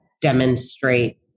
demonstrate